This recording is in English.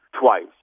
twice